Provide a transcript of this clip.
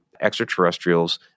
extraterrestrials